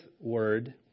word